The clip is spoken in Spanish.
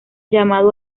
llamado